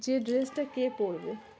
যে ড্রেসটা কে পড়বে